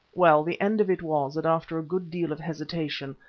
well, the end of it was that after a good deal of hesitation,